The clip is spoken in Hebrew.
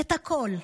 את הכול,